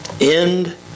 End